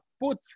put